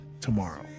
tomorrow